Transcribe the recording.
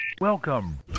welcome